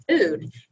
food